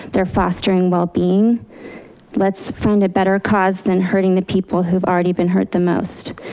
they're fostering well-being, let's find a better cause than hurting the people who've already been hurt the most.